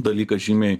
dalyką žymiai